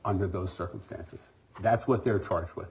under those circumstances that's what they're tarred with